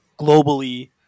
globally